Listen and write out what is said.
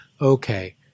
okay